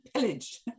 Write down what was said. Pillage